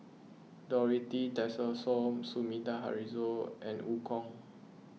Dorothy Tessensohn Sumida Haruzo and Eu Kong